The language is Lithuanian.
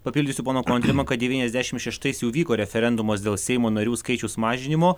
papildysiu poną kontrimą kad devyniasdešim šeštais jau vyko referendumas dėl seimo narių skaičiaus mažinimo